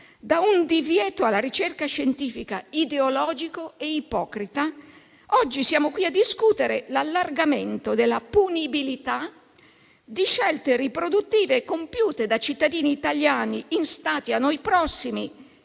da un divieto alla ricerca scientifica ideologico e ipocrita, oggi siamo qui a discutere l'allargamento della punibilità di scelte riproduttive compiute da cittadini italiani in Stati a noi prossimi